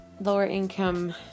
lower-income